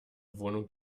wohnung